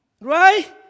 Right